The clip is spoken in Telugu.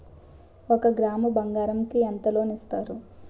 ఒక గ్రాము బంగారం కి ఎంత లోన్ ఇస్తారు?